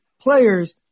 players